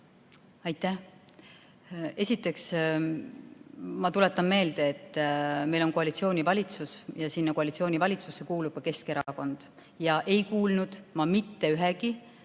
Aitäh! Esiteks, ma tuletan meelde, et meil on koalitsioonivalitsus ja sinna koalitsioonivalitsusse kuulub ka Keskerakond. Ma ei kuulnud ühegi